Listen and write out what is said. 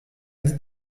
dit